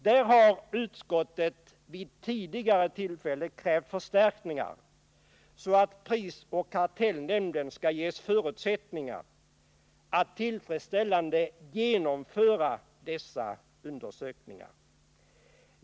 Där har utskottet vid tidigare tillfälle krävt förstärkningar, så att prisoch kartellnämnden skall kunna ges förutsättningar att tillfredsställande genomföra dessa undersökningar.